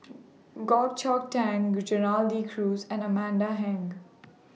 Goh Chok Tong Gerald De Cruz and Amanda Heng